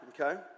okay